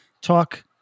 talk